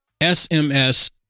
SMS